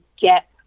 get